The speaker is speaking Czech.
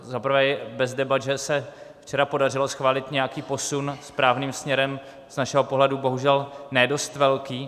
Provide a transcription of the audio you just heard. Za prvé je bez debat, že se včera podařilo schválit nějaký posun správným směrem, z našeho pohledu bohužel ne dost velký.